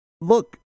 look